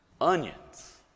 Onions